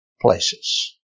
places